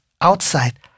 outside